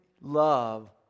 love